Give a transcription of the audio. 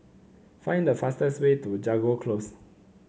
find the fastest way to Jago Close